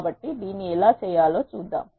కాబట్టి దీన్ని ఎలా చేయాలో చూద్దాం